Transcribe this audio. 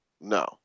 No